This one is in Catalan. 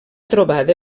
trobada